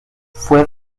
fue